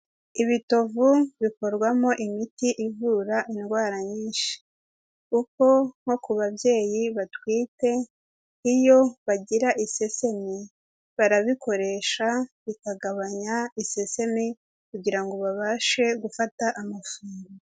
Ibitovu bikorwamo imiti ivura indwara nyinshi kuko nko ku babyeyi batwite, iyo bagira isesemi barabikoresha bikagabanya isesemi kugira ngo babashe gufata amafunguro.